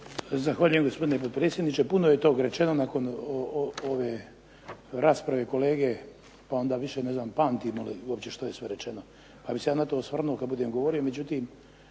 Zahvaljujem gospodine potpredsjedniče. Puno je tog rečeno nakon ove rasprave kolege, pa onda više ne znam pamtimo li uopće što je sve rečeno, pa bi se ja na to osvrnuo kad budem govorio,